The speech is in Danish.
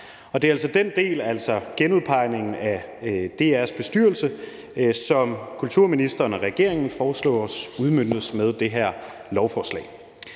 Det er den del, altså genudpegningen af DR's bestyrelse, som kulturministeren og regeringen foreslår udmøntet med det her lovforslag.